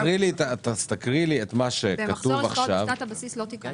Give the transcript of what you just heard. את "מחזור עסקאות בשנת הבסיס" לא תיקנתם.